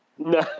No